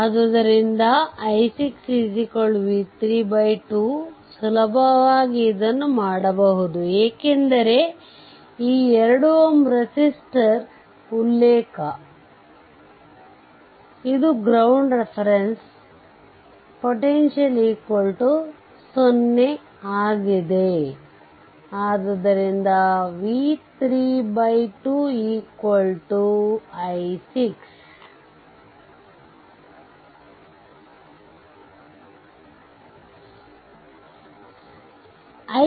ಆದ್ದರಿಂದ i6 v3 2 ಸುಲಭವಾಗಿ ಇದನ್ನು ಮಾಡಬಹುದು ಏಕೆಂದರೆ ಈ 2 Ω ರೆಸಿಸ್ಟರ್ ಉಲ್ಲೇಖ ಇದು ಗ್ರೌಂಡ್ ರೇಫೆರೆಂಸ್ ಪೊತೆಂಷಿಯಲ್0 ಆದ್ದರಿಂದ v3 2 i6